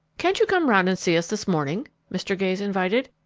can't you come round and see us this morning? mr. gayes invited.